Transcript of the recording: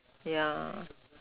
yeah